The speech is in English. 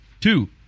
Two